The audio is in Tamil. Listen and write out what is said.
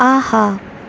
ஆஹா